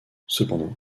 cependant